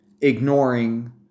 ignoring